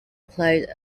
played